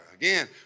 Again